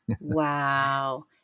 Wow